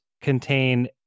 contain